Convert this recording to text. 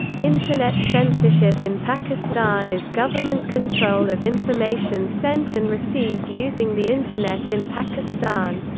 internet censorship in pakistan is government control of information sent and received using the internet in pakistan.